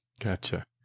Gotcha